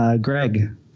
Greg